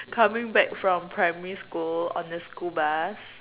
coming back from primary school on the school bus